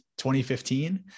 2015